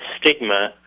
stigma